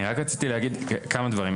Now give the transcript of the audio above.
אני רק רציתי להגיד כמה דברים.